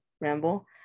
ramble